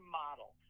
model